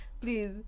Please